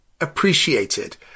appreciated